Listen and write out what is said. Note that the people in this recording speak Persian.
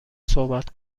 صحبت